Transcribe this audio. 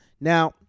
Now